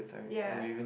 ya